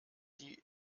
die